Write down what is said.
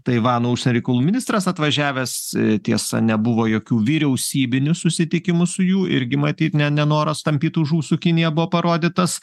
taivano užsienio reikalų ministras atvažiavęs tiesa nebuvo jokių vyriausybinių susitikimų su jų irgi matyt ne nenoras tampyt už ūsų kiniją buvo parodytas